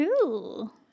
cool